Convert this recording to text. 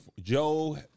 Joe